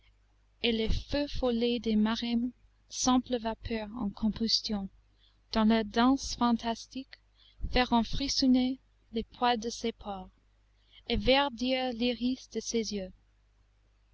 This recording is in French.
et les feux follets des maremmes simples vapeurs en combustion dans leurs danses fantastiques feront frissonner les poils de ses pores et verdir l'iris de ses yeux